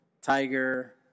tiger